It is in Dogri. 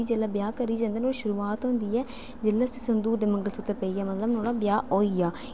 कुड़ीजेल्लै ब्याह् करी जंदे न होर शुरुआत होंदी ऐ जेल्लै उसी संदूर ते मंगलसूत्र पेई गेआ मतलब नुहाड़ा ब्याह् होई गेआ